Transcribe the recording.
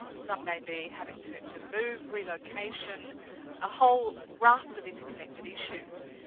some may be having to to move, relocation a whole raft of interconnected issues,